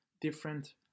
different